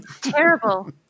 Terrible